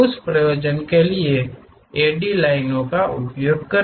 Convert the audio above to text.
उस प्रयोजन के लिए AD लाइनों का उपयोग करें